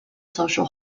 social